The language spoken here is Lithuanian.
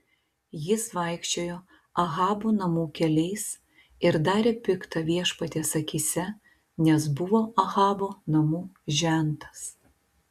jis vaikščiojo ahabo namų keliais ir darė pikta viešpaties akyse nes buvo ahabo namų žentas